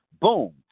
Boom